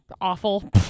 Awful